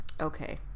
Okay